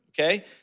okay